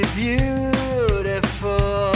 beautiful